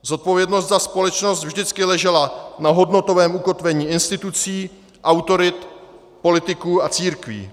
Zodpovědnost za společnost vždycky ležela na hodnotovém ukotvení institucí, autorit, politiků a církví.